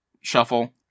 shuffle